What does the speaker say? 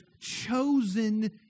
chosen